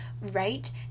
right